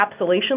encapsulation